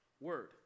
word